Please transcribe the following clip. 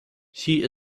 she